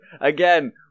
again